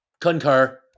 concur